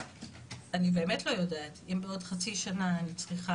ואני באמת לא יודעת אם בעוד חצי שנה אני צריכה